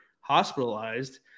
hospitalized